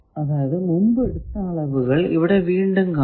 അതായതു മുമ്പ് എടുത്ത അളവുകൾ ഇവിടെ വീണ്ടും കാണാം